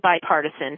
bipartisan